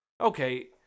Okay